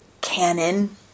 canon